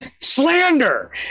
slander